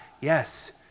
Yes